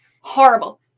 horrible